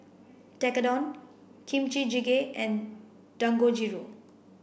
Tekkadon Kimchi Jjigae and Dangojiru